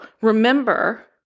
remember